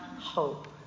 hope